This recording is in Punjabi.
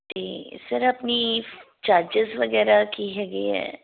ਅਤੇ ਸਰ ਆਪਣੀ ਚਾਰਜਸ ਵਗੈਰਾ ਕੀ ਹੈਗੇ ਆ